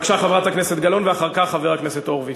חברת הכנסת גלאון, ואחר כך, חבר הכנסת הורוביץ.